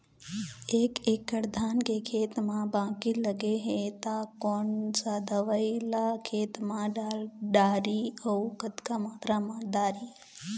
एक एकड़ धान के खेत मा बाकी लगे हे ता कोन सा दवई ला खेत मा डारी अऊ कतक मात्रा मा दारी?